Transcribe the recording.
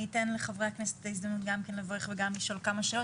אני אתן לחברי הכנסת את ההזדמנות גם כן לברך וגם לשאול כמה שאלות,